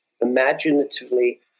imaginatively